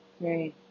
right